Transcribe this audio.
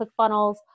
ClickFunnels